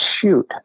shoot